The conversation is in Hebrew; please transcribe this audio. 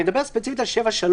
אני מדבר ספציפית על 7(3),